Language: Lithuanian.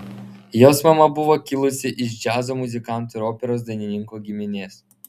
jos mama buvo kilusi iš džiazo muzikantų ir operos dainininkų giminės